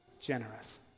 generous